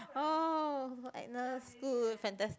oh Agnes good fantastic